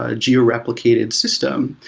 ah geo-replicated system.